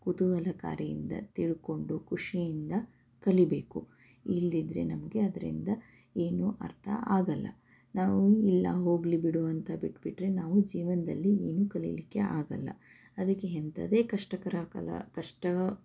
ಕುತೂಹಲಕಾರಿಯಿಂದ ತಿಳ್ಕೊಂಡು ಖುಷಿಯಿಂದ ಕಲಿಬೇಕು ಇಲ್ಲದಿದ್ರೆ ನಮಗೆ ಅದರಿಂದ ಏನೂ ಅರ್ಥ ಆಗಲ್ಲ ನಾವು ಇಲ್ಲ ಹೋಗಲಿಬಿಡು ಅಂತ ಬಿಟ್ಬಿಟ್ರೆ ನಾವು ಜೀವನದಲ್ಲಿ ಏನೂ ಕಲಿಲಿಕ್ಕೆ ಆಗಲ್ಲ ಅದಕ್ಕೆ ಎಂಥದೇ ಕಷ್ಟಕರ ಕಾಲ ಕಷ್ಟ